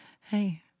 Hey